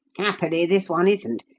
happily, this one isn't.